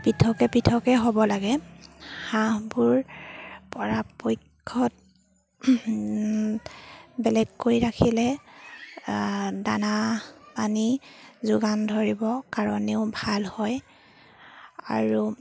পৃথকে পৃথকে হ'ব লাগে হাঁহবোৰ পৰাপক্ষত বেলেগকৈ ৰাখিলে দানা পানী যোগান ধৰিব কাৰণেও ভাল হয় আৰু